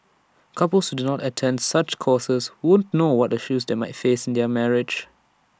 couples who don't attend such courses won't know what issues they might face in their marriage